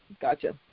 Gotcha